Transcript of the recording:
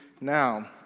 now